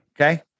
Okay